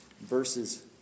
verses